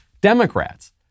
Democrats